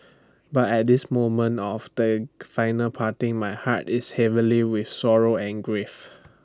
but at this moment of they final parting my heart is heavily with sorrow and grief